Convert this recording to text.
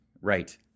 Right